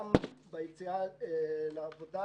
גם ביציאה לעבודה